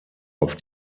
auf